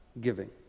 giving